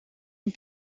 een